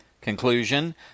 Conclusion